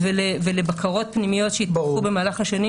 ולבקרות פנימיות שיתפתחו במהלך השנים